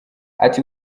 ati